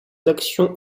actions